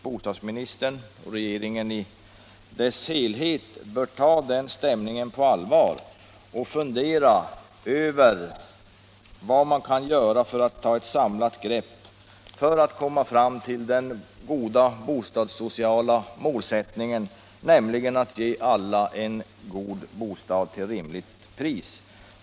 Bostadsministern och regeringen i sin helhet bör ta denna stämning på allvar och fundera över vad man kan göra för att ta ett samlat grepp för att komma fram till den goda bostadssociala målsättningen, nämligen att ge alla en god bostad till rimligt pris.